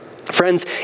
Friends